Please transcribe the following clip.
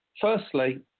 Firstly